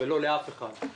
ולא לאף אחד,